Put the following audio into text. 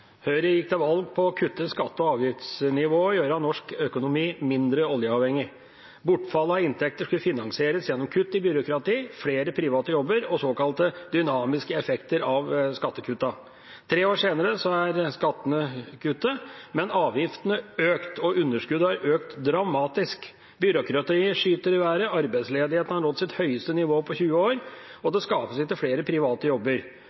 Høyre gikk til valg på å kutte skatte- og avgiftsnivået og gjøre norsk økonomi mindre oljeavhengig. Bortfallet av inntekter skulle finansieres gjennom kutt i byråkrati, flere private jobber og såkalte dynamiske effekter av skattekuttene. Tre år senere er skattene kuttet, men avgiftene har økt, og underskuddet har økt dramatisk. Byråkratiet skyter i været, arbeidsledigheten har nådd sitt høyeste nivå på 20 år, og det skapes ikke flere private jobber.